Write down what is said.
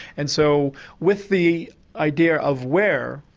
and so with the idea of where,